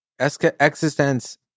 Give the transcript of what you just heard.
Existence